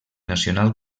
nacional